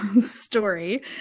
story